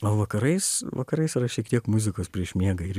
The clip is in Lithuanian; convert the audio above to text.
o vakarais vakarais yra šiek tiek muzikos prieš miegą ir